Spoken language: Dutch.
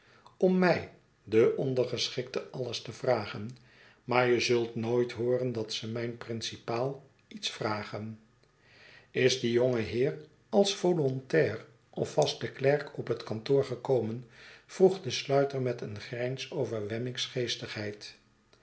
om mij den ondergeschikte alies te vragen maar je zult nooit hooren dat ze mijn principaal iets vragen is die jonge heer als volontair of vasteklerk op het kantoor gekomen vroeg de sluiter met een grijns